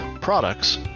products